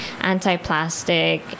anti-plastic